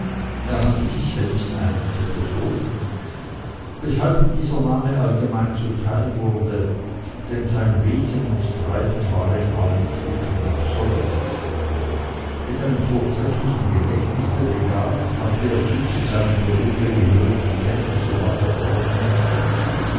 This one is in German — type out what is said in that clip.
er nannte sich selbst einen philosophen weshalb ihm dieser name allgemein zuteil wurde denn sein wesen und treiben war in allen stücken absonderlich mit einem vortrefflichen gedächtnisse begabt hatte er die zu seinem berufe gehörigen kenntnisse bald erworben